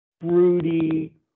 Fruity